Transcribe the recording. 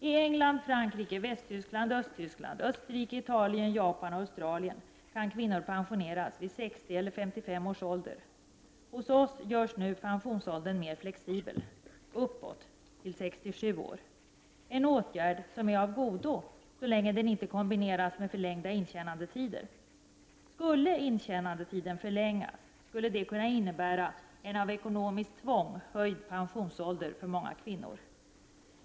I England, Frankrike, Västtyskland, Östtyskland, Österrike, Italien, Japan och Australien kan kvinnor pensioneras vid 60 eller 55 års ålder. Hos oss görs nu pensionsåldern mer flexibel — uppåt — till 67 år. Detta är en åtgärd som är av godo så länge den inte kombineras med en förlängning av intjänandetiden. En förlängning av intjänandetiden skulle kunna innebära en av ekonomiskt tvång höjd pensionsålder för många kvinnor.